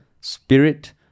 spirit